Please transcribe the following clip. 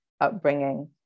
upbringing